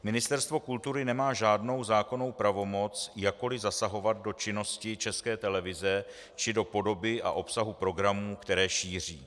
Ministerstvo kultury nemá žádnou zákonnou pravomoc jakkoliv zasahovat do činnosti České televize či do podoby a obsahu programů, které šíří.